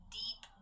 deep